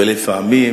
ולפעמים